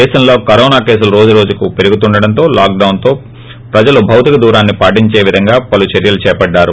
దేశంలో కరోనా కేసులు రోజు రోజుకూ పెరుగుతుండడంతో లాక్డాన్ తో ప్రజలు భౌతిక దూరాన్ని పాటించే విధంగా పలు చర్యలు చేపట్లారు